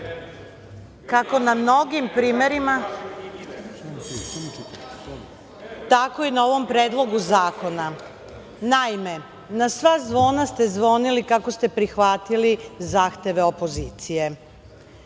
kako na mnogim primerima, tako i na ovom Predlogu zakona. Naime, na sva zvona ste zvonili kako ste prihvatili zahteve opozicije,